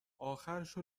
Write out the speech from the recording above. آخرشو